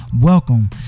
Welcome